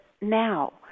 now